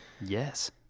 Yes